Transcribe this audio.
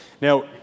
Now